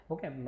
Okay